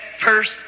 first